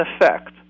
effect